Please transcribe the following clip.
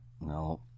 No